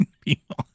people